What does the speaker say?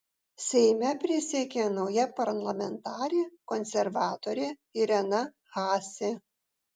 seime prisiekė nauja parlamentarė konservatorė irena haase